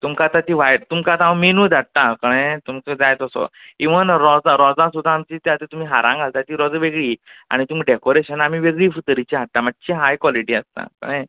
तुमकां आतां तीं वायट तुमकां आतां हांव मेनू धाडटा कळ्ळें तुमकां जाय तसो इवन रोजां रोजां सुद्दां आमचीं तीं आ तीं तुमी हारांग घालता तीं रोजां वेगळीं आनी तुमी डॅकोरेशना आमी वेगळीं फु तरेचीं हाडटा मातशी हाय कॉलेटी आसता कळ्ळें